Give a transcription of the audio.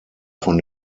von